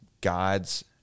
God's